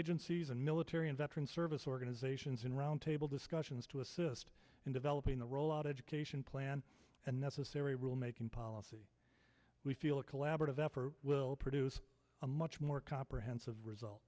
agencies and military and veteran service organizations in roundtable discussions to assist in developing the rollout education plan and necessary rulemaking policy we feel a collaborative effort will produce a much more comprehensive result